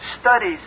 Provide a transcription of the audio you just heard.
studies